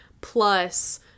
plus